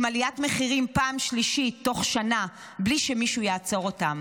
עליית מחירים פעם שלישית בתוך שנה בלי שמישהו יעצור אותם.